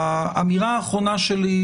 האמירה האחרונה שלי,